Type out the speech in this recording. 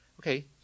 okay